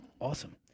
awesome